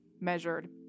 measured